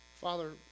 Father